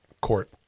court